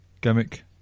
gimmick